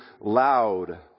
loud